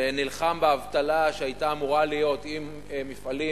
ונלחם באבטלה שהיתה אמורה להיות אם מפעלים